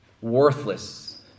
worthless